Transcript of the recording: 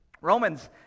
Romans